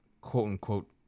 quote-unquote